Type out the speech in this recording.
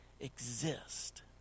exist